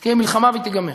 תהיה מלחמה ותיגמר.